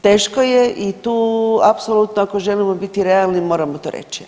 Teško je i tu apsolutno, ako želimo biti realni, moramo to reći.